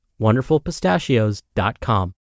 WonderfulPistachios.com